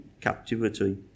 captivity